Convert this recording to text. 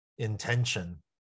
Intention